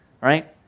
right